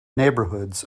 neighbourhoods